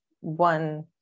one